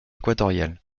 équatoriale